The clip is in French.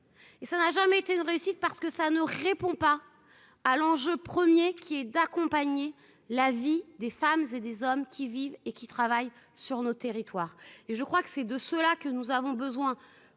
Et ça n'a jamais été une réussite parce que ça ne répond pas à l'enjeu 1er qui est d'accompagner la vie des femmes et des hommes qui vivent et qui travaillent sur notre territoire, et je crois que c'est de cela que nous avons besoin